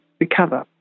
recover